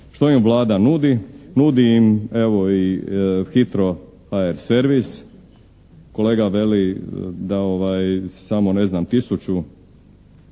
Što im Vlada nudi? Nudi im evo i HITRO.HR servis. Kolega veli da samo ne znam tisuću